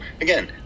again